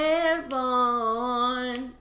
Airborne